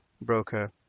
broker